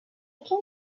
came